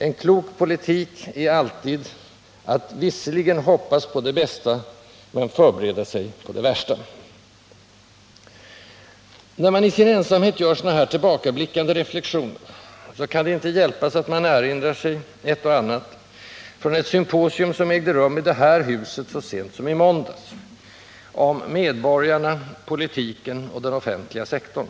En klok politik är alltid att visserligen hoppas på det bästa, men förbereda sig på det värsta. När man i sin ensamhet gör sådana här tillbakablickande reflexioner, kan det inte hjälpas att man erinrar sig ett och annat från ett symposium, som ägde rum i det här huset så sent som i måndags och som behandlade ämnet Medborgarna, politikerna och den offentliga sektorn.